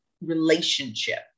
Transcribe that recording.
relationship